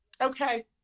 okay